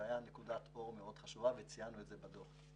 זו הייתה נקודת אור מאוד חשובה וציינו את זה בדוח.